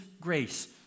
grace